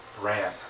ran